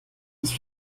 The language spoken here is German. nicht